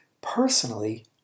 personally